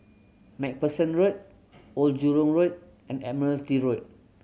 Macpherson Road Old Jurong Road and Admiralty Road